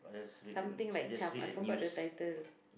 something like charm I forgot the title